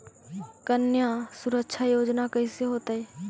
कन्या सुरक्षा योजना कैसे होतै?